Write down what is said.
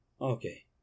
Okay